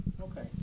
okay